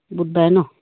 বুধবাৰে ন